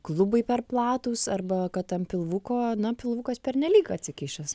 klubai per platūs arba kad ant pilvuko na pilvukas pernelyg atsikišęs